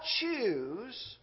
choose